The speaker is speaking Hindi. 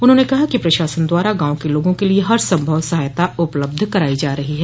उन्होंने कहा कि प्रशासन द्वारा गांव के लोगों के लिए हर संभव सहायता उपलब्ध कराई जा रही है